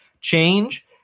change